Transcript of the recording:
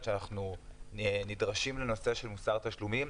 שאנחנו נדרשים לנושא של מוסר תשלומים,